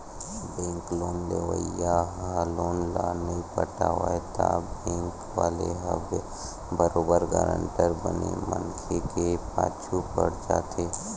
bank loan लेवइया ह loan ल नइ पटावय त बेंक वाले ह बरोबर गारंटर बने मनखे के पाछू पड़ जाथे